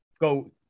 go